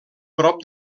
prop